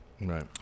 right